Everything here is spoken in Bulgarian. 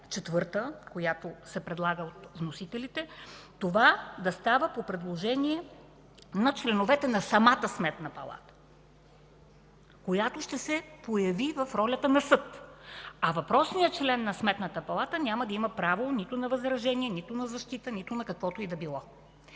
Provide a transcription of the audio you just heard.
ал. 4, която се предлага от вносителите, това да става по предложение на членовете на самата Сметна палата, която ще се появи в ролята на съд, а въпросният член на Сметната палата няма да има право нито на възражение, нито на защита, нито на каквото и да било.